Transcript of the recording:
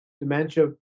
dementia